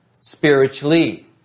spiritually